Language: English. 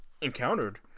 encountered